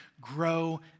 grow